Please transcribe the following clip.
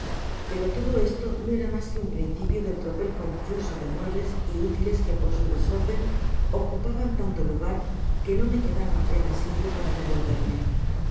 pero todo esto no era mas que un principio del tropel confuso de muebles y útiles que por su desórden ocupaban tanto lugar que no me quedaba apenas sitio para revolverme en